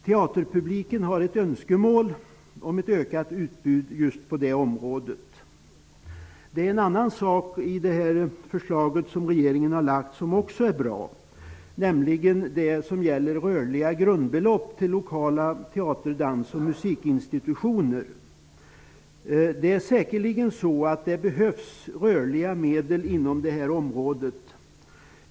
Teaterpubliken har ett önskemål om ett ökat utbud på just det området. En annan sak i det förslag som regeringen har lagt är också bra, nämligen det rörliga grundbeloppet till lokala teater-, dans och musikinstitutioner. Det behövs säkert rörliga medel inom det här området.